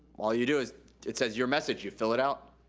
all you do is it says your message. you fill it out.